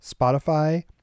Spotify